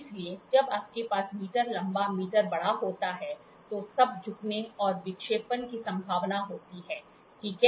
इसलिए जब आपके पास मीटर लंबा मीटर बड़ा होता है तो तब झुकने और विक्षेपण की संभावना होती है ठीक है